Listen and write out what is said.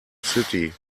city